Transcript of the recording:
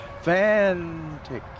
fantastic